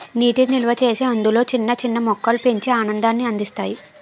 నీటి నిల్వచేసి అందులో చిన్న చిన్న మొక్కలు పెంచి ఆనందాన్ని అందిస్తారు